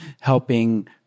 helping